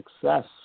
success